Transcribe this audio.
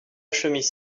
chemise